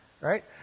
right